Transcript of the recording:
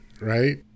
right